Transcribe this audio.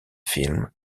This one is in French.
film